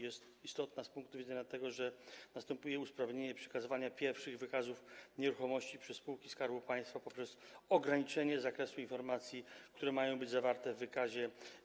Jest też istotna dlatego, że następuje usprawnienie przekazywania pierwszych wykazów nieruchomości przez spółki Skarbu Państwa poprzez ograniczenie zakresu informacji, które mają być zawarte w wykazie.